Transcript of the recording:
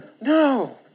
No